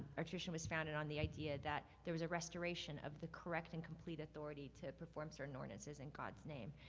our tradition was founded on the idea that there was a restoration of the correct and complete authority to perform certain ordinances in god's name.